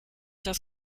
das